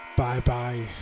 Bye-bye